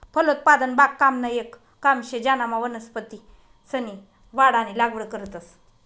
फलोत्पादन बागकामनं येक काम शे ज्यानामा वनस्पतीसनी वाढ आणि लागवड करतंस